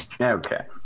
Okay